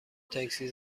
تاکسی